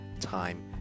time